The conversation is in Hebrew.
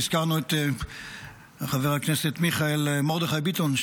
הזכרנו את חבר הכנסת מיכאל מרדכי ביטון,